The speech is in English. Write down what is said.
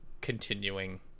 continuing